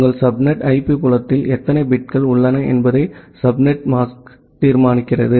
உங்கள் subnet IP புலத்தில் எத்தனை பிட்கள் உள்ளன என்பதை சப்நெட்மாஸ்க் தீர்மானிக்கிறது